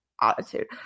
attitude